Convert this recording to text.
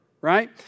right